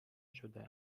شده